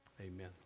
Amen